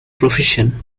profession